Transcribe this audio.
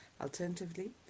Alternatively